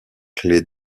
clés